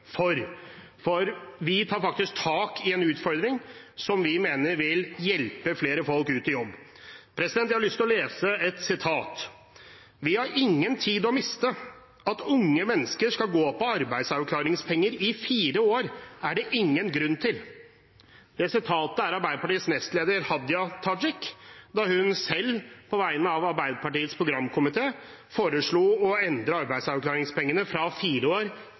overfor, for vi tar faktisk tak i en utfordring på en måte vi mener vil hjelpe flere folk ut i jobb. Jeg har lyst til å lese et sitat: «Vi har ingen tid å miste. At unge mennesker skal gå på arbeidsavklaringspenger i fire år er det ingen grunn til.» Det sitatet er fra Arbeiderpartiets nestleder Hadia Tajik fra da hun selv, på vegne av Arbeiderpartiets programkomité, foreslo å endre arbeidsavklaringspengeperioden fra fire år